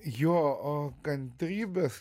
jo o kantrybės